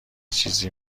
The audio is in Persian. چیزی